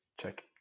check